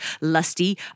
lusty